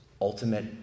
ultimate